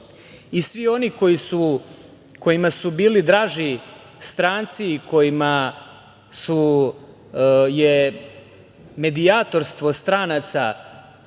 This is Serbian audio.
i svi oni kojima su bili draži stranci i kojima je medijatorstvo stranaca